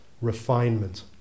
refinement